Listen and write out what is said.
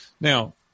Now